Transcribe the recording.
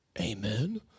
Amen